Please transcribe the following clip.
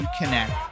connect